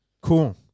Cool